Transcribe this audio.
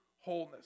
wholeness